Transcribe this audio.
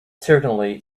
certainly